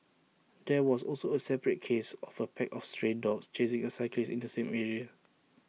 there was also A separate case of A pack of stray dogs chasing A cyclist in the same area